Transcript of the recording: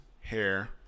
hair